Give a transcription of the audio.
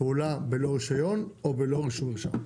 פעולה בלא רישיון או בלא רישום מרשם.